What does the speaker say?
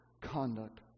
conduct